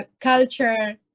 culture